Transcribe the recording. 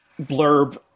blurb